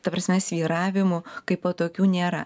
ta prasme svyravimų kaipo tokių nėra